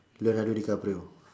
leonardo-dicaprio